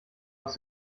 aus